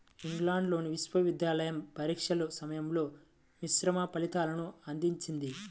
ఇంగ్లాండ్లోని విశ్వవిద్యాలయ పరీక్షల సమయంలో మిశ్రమ ఫలితాలను అందించింది